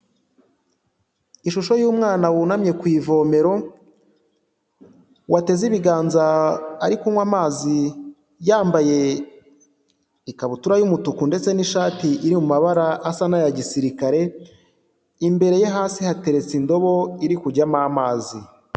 Ishusho y'umwana wunamye ku ivomero, wateze ibiganza ari kunywa amazi yambaye ikabutura y'umutuku ndetse n'ishati iri mu mabara asa n'aya gisirikare, imbere ye hasi hateretse indobo iri kujyamo amazi.